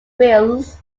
wheels